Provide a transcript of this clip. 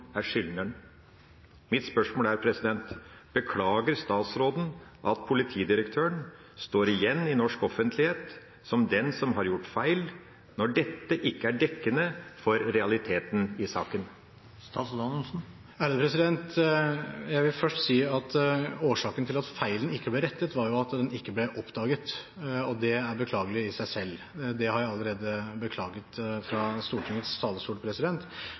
har gjort feil, når dette ikke er dekkende for realiteten i saken? Jeg vil først si at årsaken til at feilen ikke ble rettet, var at den ikke ble oppdaget. Det er beklagelig i seg selv. Det har jeg allerede beklaget fra Stortingets talerstol.